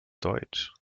deutsch